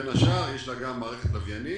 בין השאר יש לה גם מערכת לוויינים,